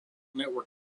network